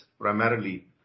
primarily